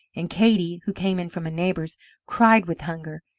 and katey who came in from a neighbour's cried with hunger,